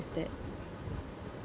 that